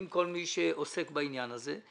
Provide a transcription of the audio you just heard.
עם כל מי שעוסק בעניין הזה,